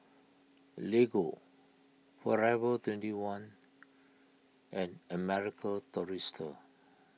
Lego forever twenty one and American Tourister